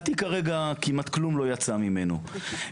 לדעתי כרגע, כלום לא יצא ממנו.